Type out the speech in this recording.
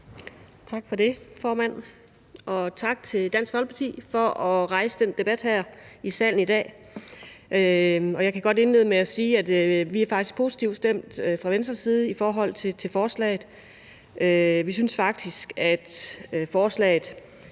Tak for det, formand, og tak til Dansk Folkeparti for at rejse den her debat i salen i dag. Jeg kan godt indlede med at sige, at vi fra Venstres side faktisk er positivt stemt over for forslaget. Vi synes faktisk, at det